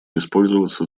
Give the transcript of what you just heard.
использоваться